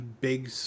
big